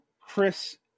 Chris